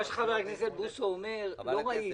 חבר הכנסת בוסו אומר: לא ראיתי,